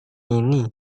ini